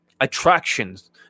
attractions